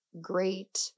great